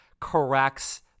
corrects